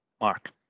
Mark